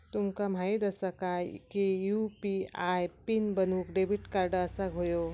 तुमका माहित असा काय की यू.पी.आय पीन बनवूक डेबिट कार्ड असाक व्हयो